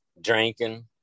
drinking